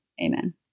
amen